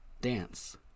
Dance